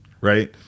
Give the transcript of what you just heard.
right